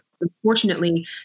unfortunately